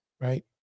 right